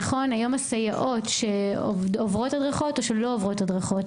הסייעות היום עוברות הדרכות או לא עוברות הדריכות?